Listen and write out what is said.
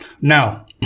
now